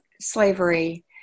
slavery